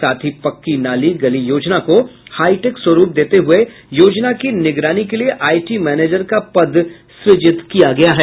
साथ ही पक्की नाली गली योजना को हाईटेक स्वरूप देते हुए योजना की निगरानी के लिए आईटी मैनेजर का पद सृजित किया गया है